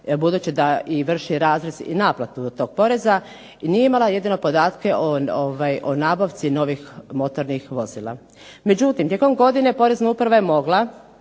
budući da vrši … i naplatu od tog poreza i nije imala jedino podatke o nabavci novih motornih vozila. Međutim, tijekom godine porezna uprava je mogla